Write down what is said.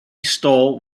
stole